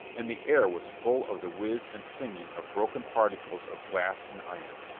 and the air was full of the whiz and singing of broken particles of glass and iron.